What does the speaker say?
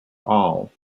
all